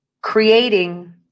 creating